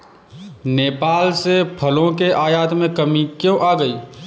नेपाल से फलों के आयात में कमी क्यों आ गई?